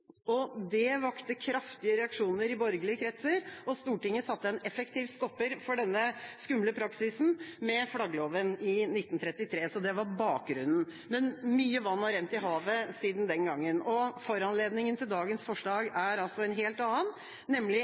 etter. Det vakte kraftige reaksjoner i borgerlige kretser, og Stortinget satte en effektiv stopper for denne skumle praksisen med flaggloven i 1933. Det var bakgrunnen. Men mye vann har rent i havet siden den gangen, og foranledningen til dagens forslag er altså en helt annen, nemlig